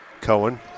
Cohen